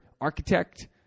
architect